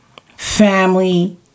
family